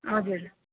हजुर